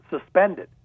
suspended